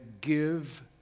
give